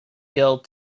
girl